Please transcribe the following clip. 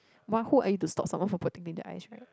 but who are you to stop someone from protecting their eyes right